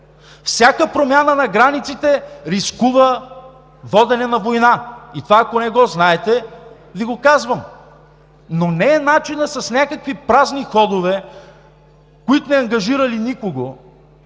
Всяка промяна на границите рискува водене на война и това, ако не го знаете, Ви го казвам. Но не е начинът с някакви празни ходове, които не ангажирали никого,